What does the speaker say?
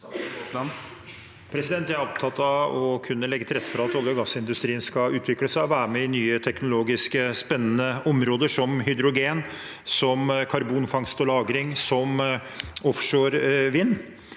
Jeg er opptatt av å kunne legge til rette for at olje- og gassindustrien skal utvikle seg og være med i nye teknologisk spennende områder som hydrogen, som karbonfangst og -lagring og som offshore vind.